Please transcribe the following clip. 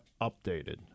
updated